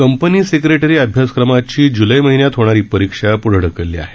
company secretary अभ्यासक्रमाची जूलै महिन्यात होणारी परीक्षा पुढे ढकलण्यात आली आहे